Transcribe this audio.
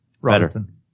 Robinson